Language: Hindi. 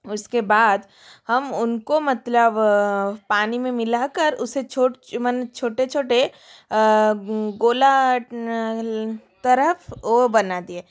उसके बाद हम उनको मतलब पानी में मिला कर उसे छोट माने छोटे छोटे गोला तरफ वह बना दिए